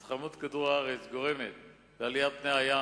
התחממות כדור הארץ גורמת לעליית פני הים,